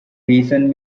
reason